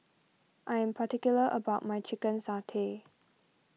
I am particular about my Chicken Satay